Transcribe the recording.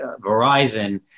Verizon